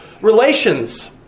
relations